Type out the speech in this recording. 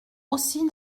aussi